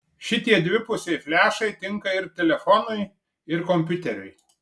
šitie dvipusiai flešai tinka ir telefonui ir kompiuteriui